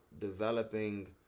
developing